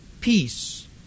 Peace